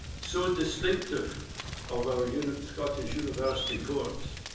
so distinctive of our unit, scottish university course,